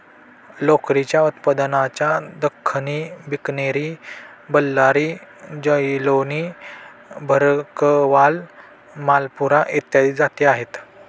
लोकरीच्या उत्पादनाच्या दख्खनी, बिकनेरी, बल्लारी, जालौनी, भरकवाल, मालपुरा इत्यादी जाती आहेत